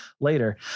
later